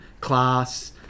class